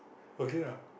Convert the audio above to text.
okay ah